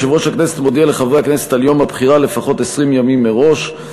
יושב-ראש הכנסת מודיע לחברי הכנסת על יום הבחירה לפחות 20 ימים מראש,